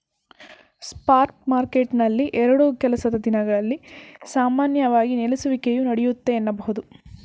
spot ಮಾರ್ಕೆಟ್ನಲ್ಲಿ ಎರಡು ಕೆಲಸದ ದಿನಗಳಲ್ಲಿ ಸಾಮಾನ್ಯವಾಗಿ ನೆಲೆಸುವಿಕೆಯು ನಡೆಯುತ್ತೆ ಎನ್ನಬಹುದು